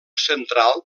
central